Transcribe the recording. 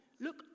Look